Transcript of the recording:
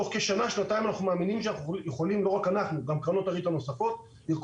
אנחנו מאמינים שאנחנו וקרנות הריט הנוספות יכולים תוך